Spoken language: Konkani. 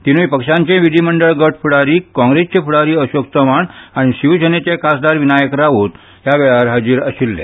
तीनूय पक्षांचे विधीमंडळ गट फुडारी काँग्रेसचे फुडारी अशोक चव्हाण आनी शिवसेनेचे खासदार विनायक राऊत ह्या वेळार हाजीर आशिल्ले